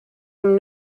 him